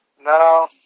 No